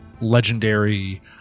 legendary